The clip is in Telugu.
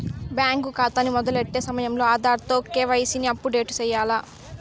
బ్యేంకు కాతాని మొదలెట్టే సమయంలో ఆధార్ తో కేవైసీని అప్పుడేటు సెయ్యాల్ల